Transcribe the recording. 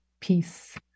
Peace